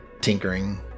tinkering